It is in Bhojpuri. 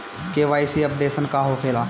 के.वाइ.सी अपडेशन का होखेला?